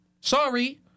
Sorry